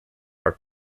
are